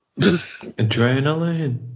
Adrenaline